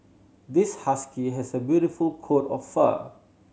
this husky has a beautiful coat of fur